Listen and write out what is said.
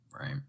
Right